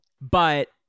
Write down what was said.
But-